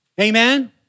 Amen